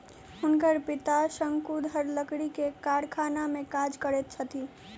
हुनकर पिता शंकुधर लकड़ी के कारखाना में काज करैत छथि